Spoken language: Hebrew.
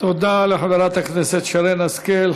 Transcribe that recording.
תודה לחברת הכנסת שרן השכל.